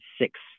six